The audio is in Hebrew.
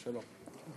תודה רבה.